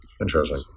Interesting